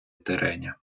тереня